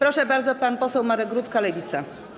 Proszę bardzo, pan poseł Marek Rutka, Lewica.